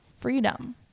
freedom